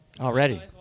Already